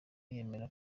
yemera